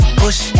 push